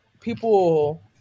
people